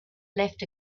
left